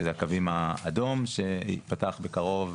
שזה הקו האדום שייפתח בקרוב,